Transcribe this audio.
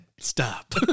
Stop